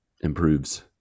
improves